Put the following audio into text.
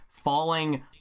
falling